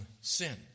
sin